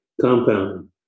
Compounding